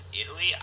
Italy